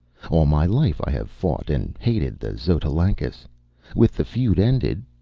all my life i have fought and hated the xotalancas. with the feud ended,